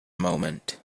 moment